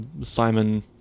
Simon